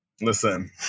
Listen